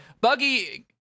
Buggy